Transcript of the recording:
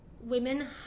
women